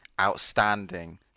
outstanding